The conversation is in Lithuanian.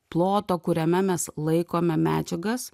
ploto kuriame mes laikome medžiagas